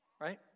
Right